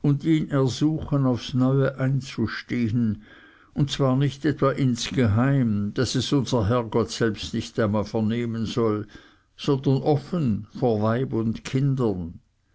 und ihn ersuchen aufs neue einzustehen und zwar nicht etwa insgeheim daß es unser herrgott selbst nicht einmal vernehmen soll sondern offen vor weib und kindern